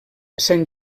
sant